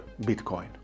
Bitcoin